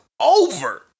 over